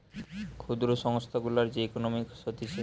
ক্ষুদ্র সংস্থা গুলার যে ইকোনোমিক্স হতিছে